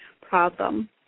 problem